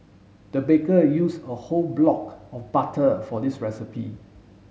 the baker use a whole block of butter for this recipe